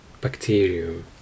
bacterium